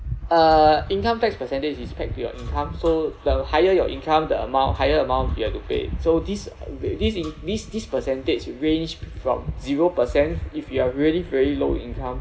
uh income tax percentage is paid to your income so the higher your income the amount higher amount you have to pay so this uh this i~ this this percentage range from zero percent if you are really very low income